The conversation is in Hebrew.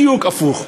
בדיוק הפוך.